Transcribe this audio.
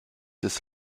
des